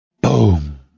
Boom